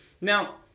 Now